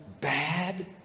bad